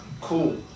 cool